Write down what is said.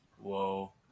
Whoa